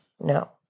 no